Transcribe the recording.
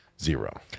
Zero